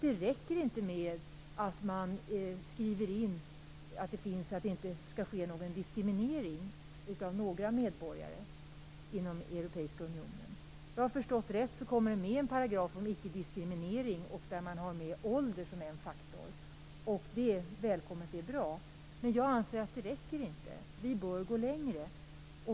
Det räcker inte med att man skriver in att det inte skall ske någon diskriminering av några medborgare inom Europeiska unionen. Om jag har förstått rätt kommer detta med i en paragraf om ickediskriminering där man har med ålder som en faktor. Det är välkommet och bra, men jag anser att det inte räcker. Vi bör gå längre.